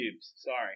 Sorry